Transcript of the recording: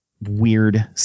weird